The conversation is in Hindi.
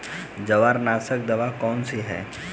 जवारनाशक दवा कौन सी है?